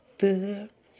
تہٕ